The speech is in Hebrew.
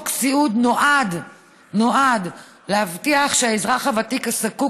חוק סיעוד נועד להבטיח שהאזרח הוותיק הזקוק